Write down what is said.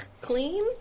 Clean